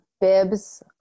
bibs